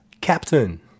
Captain